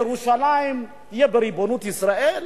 ירושלים תהיה בריבונות ישראל,